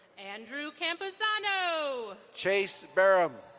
andrew camposano. chase barem.